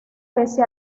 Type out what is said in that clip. pese